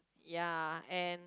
ya and